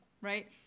right